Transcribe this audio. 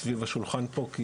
סביב השולחן פה.